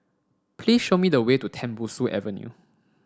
please show me the way to Tembusu Avenue